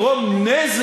אבל יגרום נזק,